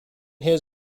his